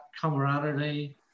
camaraderie